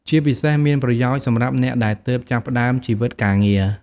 ជាពិសេសមានប្រយោជន៍សម្រាប់អ្នកដែលទើបចាប់ផ្ដើមជីវិតការងារ។